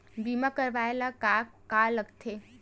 बीमा करवाय ला का का लगथे?